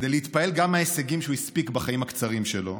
וגם להתפעל מההישגים שהוא הספיק בחיים הקצרים שלו.